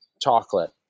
chocolate